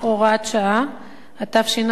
(תיקון מס' 2), התשע"ב 2012,